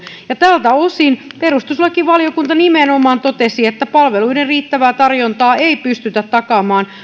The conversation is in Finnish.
tältä osin perustuslakivaliokunta nimenomaan totesi että palveluiden riittävää tarjontaa ei pystytä takaamaan